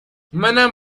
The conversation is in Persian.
منم